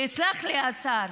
ויסלח לי השר,